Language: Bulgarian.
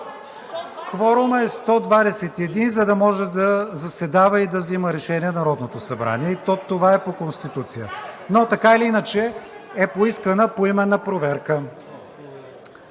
Кворумът е 121, за да може да заседава и да взима решения Народното събрание. Това е по Конституция. Но така или иначе, е поискана поименна проверка.